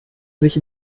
sich